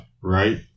right